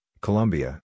Colombia